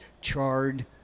charred